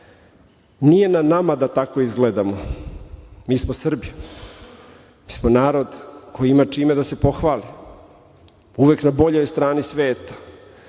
Nije na nama da tako izgledamo. Mi smo Srbi. Mi smo narod koji ima čime da se pohvali. Uvek na boljoj strani sveta.